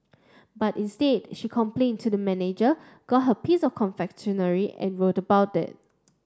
but instead she complained to the manager got her piece of confectionery and wrote about it